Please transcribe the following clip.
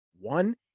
One